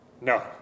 No